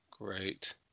Great